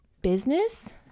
business